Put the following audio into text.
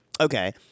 Okay